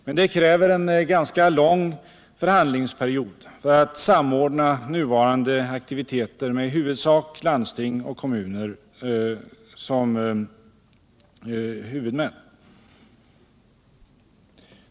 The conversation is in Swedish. Men det kräver en ganska lång förhandlingsperiod för att samordna nuvarande aktiviteter med i huvudsak landsting och kommuner som huvudmän.